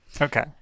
Okay